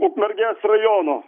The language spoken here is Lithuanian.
ukmergės rajono